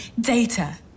data